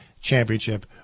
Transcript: Championship